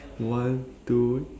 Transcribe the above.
one two